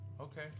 Okay